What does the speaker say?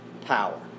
power